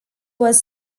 was